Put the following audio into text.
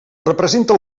representa